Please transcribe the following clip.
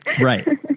Right